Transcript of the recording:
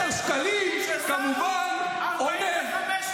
אושר שקלים כמובן עומד,